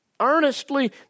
earnestly